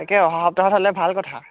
তাকে অহা সপ্তাহত হ'লে ভাল কথা